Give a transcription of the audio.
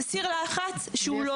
זה סיר לחץ שהוא לא